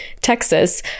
Texas